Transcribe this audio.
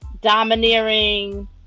domineering